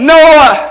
Noah